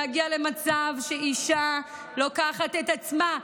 להגיע למצב שאישה לוקחת את עצמה,